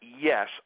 yes